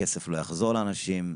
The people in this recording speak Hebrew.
הכסף לא יחזור לאנשים,